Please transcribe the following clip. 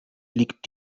liegt